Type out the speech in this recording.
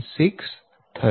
096 થશે